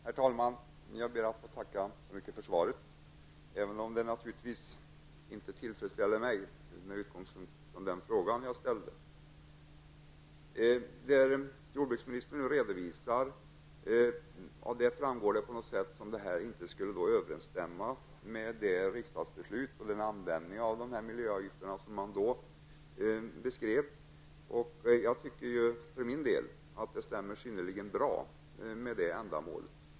Herr talman! Jag ber att få tacka så mycket för svaret, även om det naturligtvis inte tillfredsställer mig med tanke på den fråga jag ställde. Det som jordbruksministern nu redovisar ger på något sätt intrycket att användningen av miljöavgifterna inte skulle överensstämma med vad som beskrevs i riksdagsbeslutet. Jag tycker för min del att den stämmer synnerligen bra överens med ändamålet.